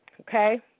okay